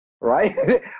right